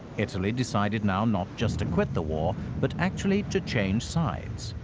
italy decided now not just to quit the war, but actually to change sides,